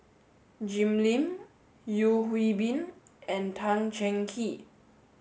Jim Lim Yeo Hwee Bin and Tan Cheng Kee